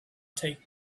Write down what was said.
take